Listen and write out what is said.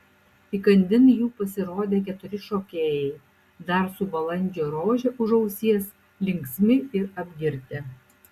įkandin jų pasirodė keturi šokėjai dar su balandžio rože už ausies linksmi ir apgirtę